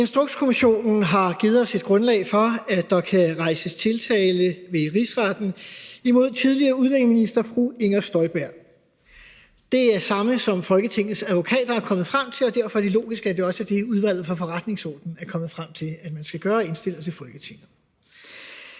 Instrukskommissionen har givet os et grundlag for, at der kan rejses tiltale ved Rigsretten imod tidligere udlændinge- og integrationsminister Inger Støjberg. Det er det samme, Folketingets advokater er kommet frem til, og derfor er det logisk, at det også er det, Udvalget for Forretningsordenen er kommet frem til at man skal gøre, og at de har indstillet det til Folketinget.